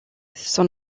son